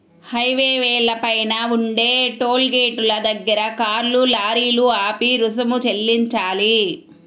హైవేల పైన ఉండే టోలు గేటుల దగ్గర కార్లు, లారీలు ఆపి రుసుము చెల్లించాలి